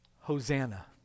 Hosanna